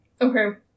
okay